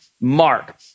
Mark